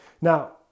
Now